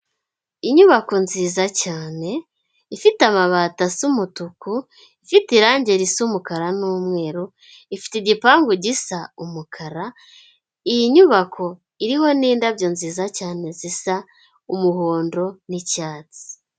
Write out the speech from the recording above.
Inyubako nziza cyane ifite amabati asa umutuku, ifite irange risa umukara n'umweru, ifite igipangu gisa umukara, iyi nyubako irimo n'indabyo nziza cyane zisa umuhondo n'icyatsi.